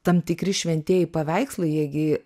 tam tikri šventieji paveikslai jie gi